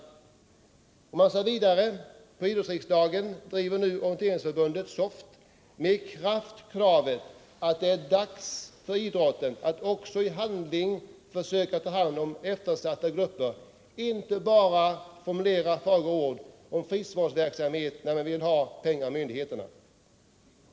Tidningen skriver vidare att Svenska orienteringsförbundet på idrottsriksdagen med kraft drev kravet att idrotten nu också i handling skall försöka ta hand om eftersatta grupper och inte bara formulera goda råd om friskvårdsverksamhet när man vill ha pengar av myndigheterna.